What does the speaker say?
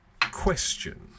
question